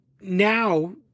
now